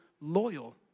loyal